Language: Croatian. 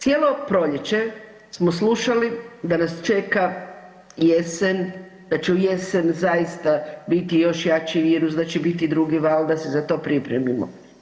Cijelo proljeće smo slušali da nas čeka jesen, da će u jesen zaista biti još jači virus, da će biti drugi val, da se za to pripremimo.